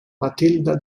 matilda